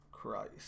Christ